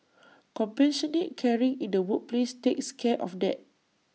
compassionate caring in the workplace takes care of that